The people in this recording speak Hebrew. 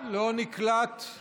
לא נקלט, לא נקלט.